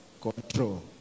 control